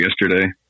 yesterday